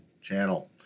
channel